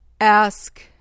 Ask